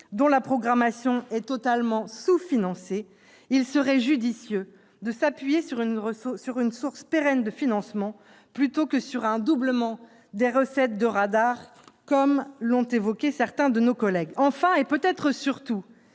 dont la programmation est totalement sous-financée, il serait judicieux de s'appuyer sur une source pérenne de financement plutôt que sur un doublement des recettes des radars, comme l'ont évoqué certains de nos collègues. Enfin, et peut-être surtout,